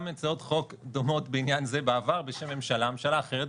הצעות חוק דומות בעניין זה בעבר בשם ממשלה אחרת,